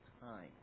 time